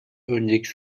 önceki